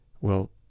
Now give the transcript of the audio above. Well